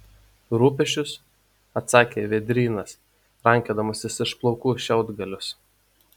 rūpesčius atsakė vėdrynas rankiodamasis iš plaukų šiaudgalius